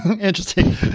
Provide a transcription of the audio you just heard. Interesting